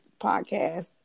podcast